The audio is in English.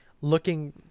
looking